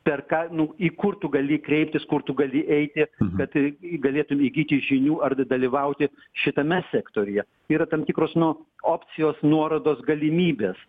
per ką nu į kur tu gali kreiptis kur tu gali eiti kad galėtum įgyti žinių ar d dalyvauti šitame sektoriuje yra tam tikros nu opcijos nuorodos galimybės